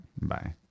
bye